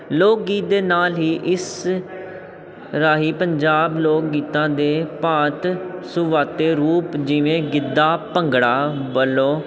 ਲੋਕ ਗੀਤ ਦੇ ਨਾਲ ਹੀ ਇਸ ਰਾਹੀਂ ਪੰਜਾਬ ਲੋਕ ਗੀਤਾਂ ਦੇ ਭਾਤ ਸੁਵਾਤੇ ਰੂਪ ਜਿਵੇਂ ਗਿੱਧਾ ਭੰਗੜਾ ਵੱਲੋਂ